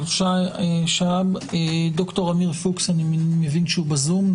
ד"ר עמיר פוקס, בזום.